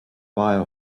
buy